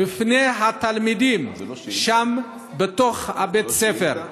בפני התלמידים, שם בתחום בית הספר,